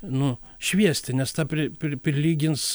nu šviesti nes tą pri pri pilygins